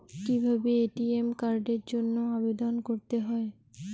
কিভাবে এ.টি.এম কার্ডের জন্য আবেদন করতে হয়?